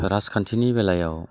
राजखान्थिनि बेलायाव